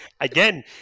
again